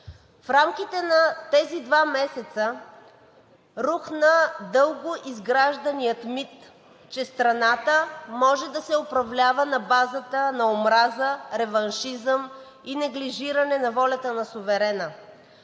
В рамките на тези два месеца рухна дълго изгражданият мит, че страната може да се управлява на базата на омраза, реваншизъм и неглижиране на волята на суверена.